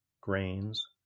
grains